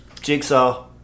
Jigsaw